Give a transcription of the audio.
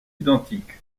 identiques